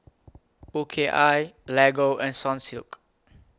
O K I Lego and Sunsilk